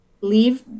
leave